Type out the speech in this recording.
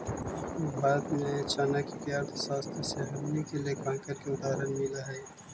भारत में चाणक्य के अर्थशास्त्र से हमनी के लेखांकन के उदाहरण मिल हइ